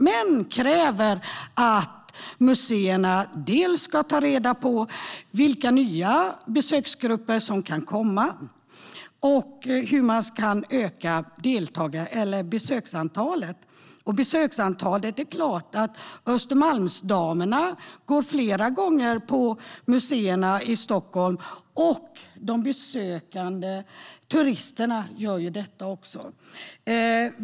Men man kräver att museerna ska ta reda på dels vilka nya besöksgrupper som kan komma, dels hur man kan öka besöksantalet. När det gäller besöksantalet är det klart att Östermalmsdamerna går flera gånger på museerna i Stockholm. Det gör också de besökande turisterna.